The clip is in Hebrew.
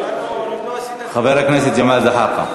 חבר הכנסת ג'מאל זחאלקה.